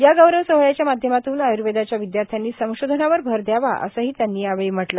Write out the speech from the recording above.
या गौरव सोहळ्याच्या माध्यमातून आय्र्वेदाच्या विध्यार्थ्यानी संशोधनावर भर द्यावा असं हि यांनी यावेळी म्हटलं